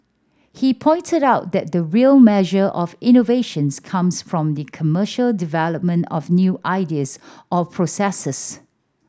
he pointed out that the real measure of innovations comes from the commercial development of new ideas or processes